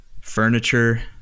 Furniture